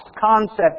concept